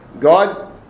God